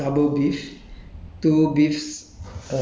with a double double